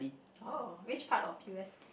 oh which part of U_S